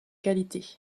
qualité